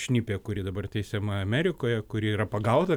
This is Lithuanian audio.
šnipė kuri dabar teisiama amerikoje kuri yra pagauta